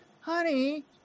honey